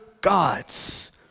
gods